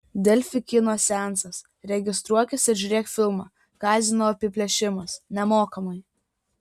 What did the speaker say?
delfi kino seansas registruokis ir žiūrėk filmą kazino apiplėšimas nemokamai